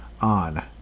on